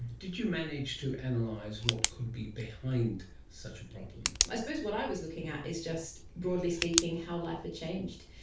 did you manage to and analyse what could be behind such a problem? i suppose what i was looking at is just broadly speaking how life had changed.